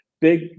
big